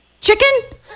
Chicken